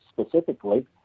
specifically